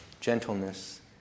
gentleness